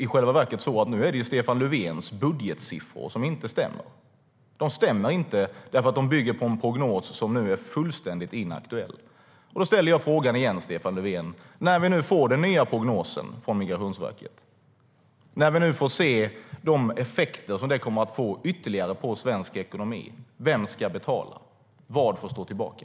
I själva verket är det Stefan Löfvens budgetsiffror som inte stämmer därför att de bygger på en prognos som nu är fullständigt inaktuell. Jag ställer min fråga igen. Stefan Löfven, när vi nu får den nya prognosen från Migrationsverket, när vi nu får se vilka ytterligare effekter som den kommer att få på svensk ekonomi, vem ska betala? Vad får stå tillbaka?